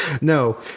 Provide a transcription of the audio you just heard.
No